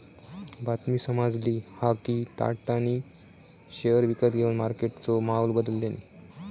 बातमी समाजली हा कि टाटानी शेयर विकत घेवन मार्केटचो माहोल बदलल्यांनी